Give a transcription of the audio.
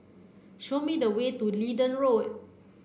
show me the way to Leedon Road